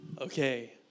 Okay